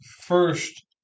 First